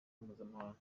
mpuzamahanga